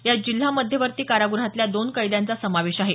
यात जिल्हा मध्यवर्ती काराग्रहातल्या दोन कैद्यांचा समावेश आहे